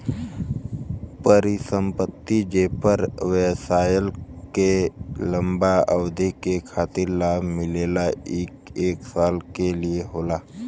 परिसंपत्ति जेपर व्यवसाय के लंबा अवधि के खातिर लाभ मिलला ई एक साल के लिये होला